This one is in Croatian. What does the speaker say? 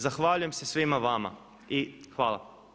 Zahvaljujem se svima vama i hvala.